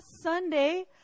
Sunday